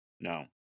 No